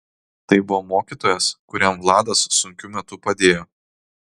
tai buvo mokytojas kuriam vladas sunkiu metu padėjo